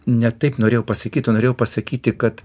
ne taip norėjau pasakyt o norėjau pasakyti kad